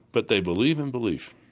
but they believe in belief.